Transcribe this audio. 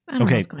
Okay